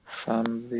Family